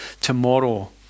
tomorrow